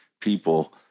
people